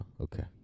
Okay